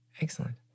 Excellent